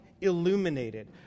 illuminated